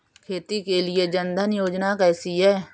खेती के लिए जन धन योजना कैसी है?